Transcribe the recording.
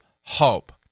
hope